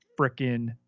frickin